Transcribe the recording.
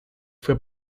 fue